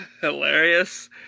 hilarious